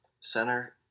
Center